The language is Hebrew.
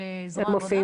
של זרוע העבודה?